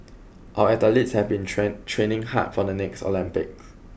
our athletes have been train training hard for the next Olympics